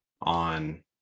on